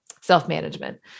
self-management